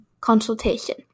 consultation